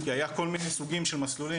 כי היה כל מיני סוגלים של מסלולים,